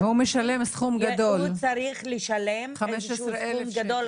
הוא צריך לשלם סכום גדול,